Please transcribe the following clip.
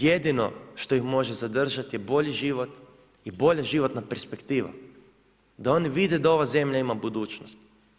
Jedino što ih može zadržati je bolji život i bolja životna perspektiva, da oni vide da ova zemlja ima budućnost.